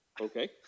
Okay